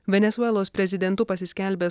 venesuelos prezidentu pasiskelbęs